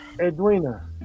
Edwina